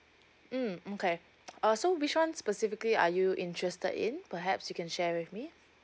mm okay uh so which one specifically are you interested in perhaps you can share with me